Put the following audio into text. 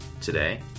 today